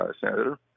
Senator